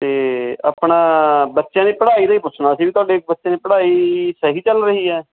ਅਤੇ ਆਪਣਾ ਬੱਚਿਆਂ ਦੀ ਪੜ੍ਹਾਈ ਦਾ ਹੀ ਪੁੱਛਣਾ ਸੀ ਵੀ ਤੁਹਾਡੇ ਬੱਚਿਆਂ ਦੀ ਪੜ੍ਹਾਈ ਸਹੀ ਚੱਲ ਰਹੀ ਹੈ